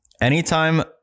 anytime